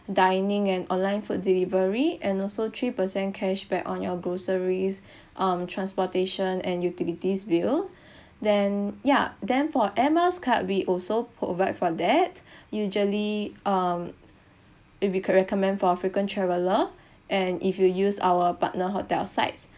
dining and online food delivery and also three percent cashback on your groceries um transportation and utilities bill then ya then for air miles card we also provide for that usually um it'd be quite recommend for frequent traveller and if you use our partner hotel sites